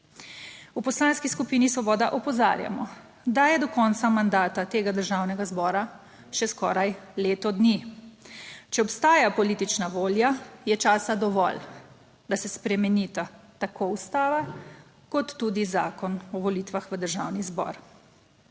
V Poslanski skupini Svoboda opozarjamo, da je do konca mandata tega Državnega zbora še skoraj leto dni. Če obstaja politična volja, je časa dovolj, da se spremenita tako Ustava kot tudi zakon o volitvah v Državni zbor.